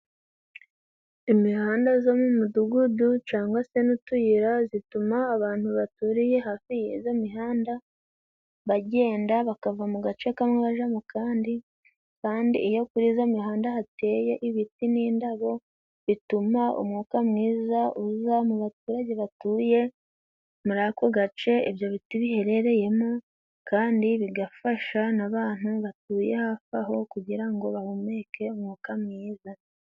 Imihanda zo mu mudugudu cangwa se n'utuyira zituma abantu baturiye hafi y'izo mihanda bagenda bakava mu gace kamwe baja mu kandi ,kandi iyo kuri izo mihanda hateye ibiti n'indabo bituma umwuka mwiza uza mu baturage batuye muri ako gace ibyo biti biherereyemo, kandi bigafasha n'abantu batuye hafi aho kugira ngo bahumeke umwuka mwiza.